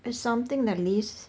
it's something that lives